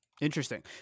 Interesting